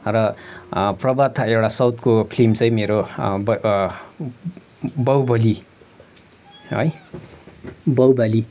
र प्रभास एउटा साउथको फ्लिम चाहिँ मेरो बाहुबली है बाहुबली